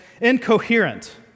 incoherent